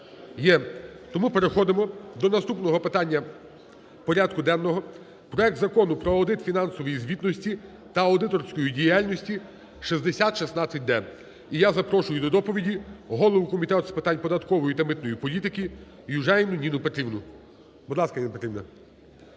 Тому переходимо до наступного питання порядку денного. Проект Закону про аудит фінансової звітності та аудиторську діяльність (6016-д). І я запрошую до доповіді голову Комітету з питань податкової та митної політики Южаніну Ніну Петрівну. Будь ласка, Ніна Петрівна.